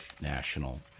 national